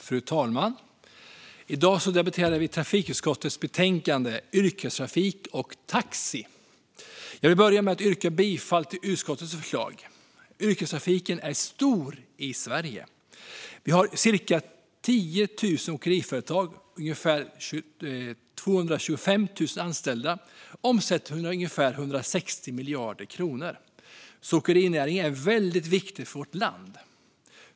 Fru talman! I dag debatterar vi trafikutskottets betänkande Yrkestrafik och taxi . Jag vill börja med att yrka bifall till utskottets förslag. Yrkestrafiken är stor i Sverige. Vi har cirka 10 000 åkeriföretag med ungefär 225 000 anställda. Omsättningen är ungefär 160 miljarder kronor, så åkerinäringen är väldigt viktig för vårt land.